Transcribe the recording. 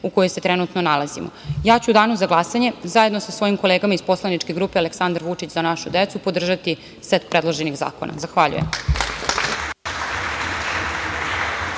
u kojoj se trenutno nalazimo. Ja ću u danu za glasanje, zajedno sa svojim kolegama iz poslaničke grupe Aleksandar Vučić – Za našu decu podržati set predloženih zakona. Zahvaljujem.